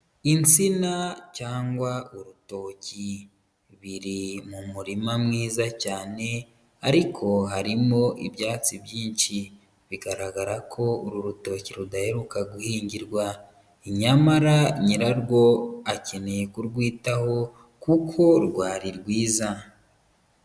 Insina cyangwa urutoki, biri mu murima mwiza cyane ariko harimo ibyatsi byinshi bigaragara ko uru rutoki rudaheruka guhingirwa nyamara nyirarwo akeneye kurwitaho kuko rwari rwiza.